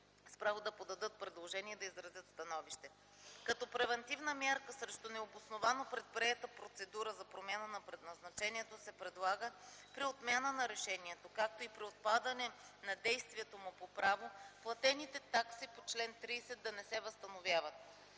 промяна на предназначението. Като мярка с превантивно значение срещу необосновано предприета процедура за промяна на предназначението се предлага при отмяна на решението, както и при отпадане на действието му по право, платените такси по чл. 30 да не се възстановяват.